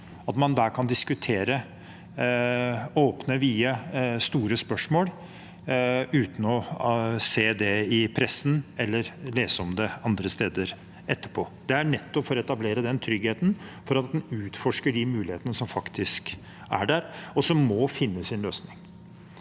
at man der kan diskutere åpne, vide og store spørsmål uten å se det i pressen eller lese om det andre steder etterpå. Det er nettopp for å etablere trygghet til å utforske de mulighetene som faktisk er der, og som må finne sin løsning.